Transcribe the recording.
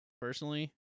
personally